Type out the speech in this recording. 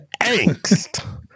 angst